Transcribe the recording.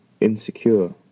insecure